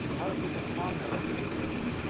how do people form their expectations?